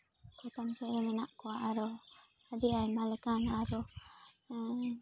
ᱯᱚᱛᱟᱢ ᱪᱮᱬᱮ ᱢᱮᱱᱟᱜ ᱠᱚᱣᱟ ᱟᱨᱚ ᱟᱹᱰᱤ ᱟᱭᱢᱟ ᱞᱮᱠᱟᱱ ᱟᱨᱚ